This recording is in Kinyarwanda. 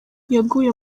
yaguye